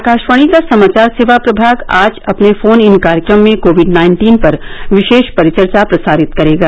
आकाशवाणी का समाचार सेवा प्रभाग आज अपने फोन इन कार्यक्रम में कोविड नाइन्टीन पर विशेष परिचर्चा प्रसारित करेगा